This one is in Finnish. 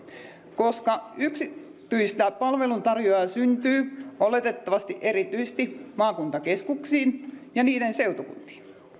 koska yksityistä palveluntarjontaa syntyy oletettavasti erityisesti maakuntakeskuksiin ja niiden seutukuntiin